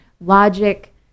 logic